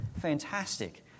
fantastic